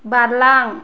बारलां